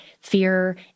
fear